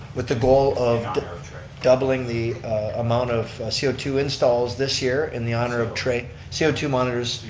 with the goal of doubling the amount of c o two installs this year in the honor of trai. c o two monitors,